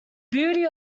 beauty